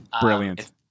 Brilliant